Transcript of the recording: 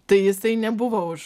tai jisai nebuvo už